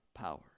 power